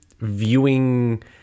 viewing